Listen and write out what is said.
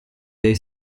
dei